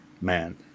man